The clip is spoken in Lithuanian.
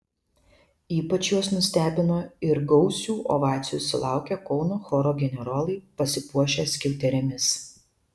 ypač juos nustebino ir gausių ovacijų sulaukė kauno choro generolai pasipuošę skiauterėmis